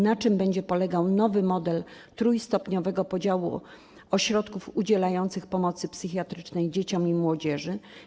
Na czym będzie polegał nowy model trójstopniowego podziału ośrodków udzielających pomocy psychiatrycznej dzieciom i młodzieży?